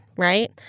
right